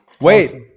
wait